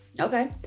okay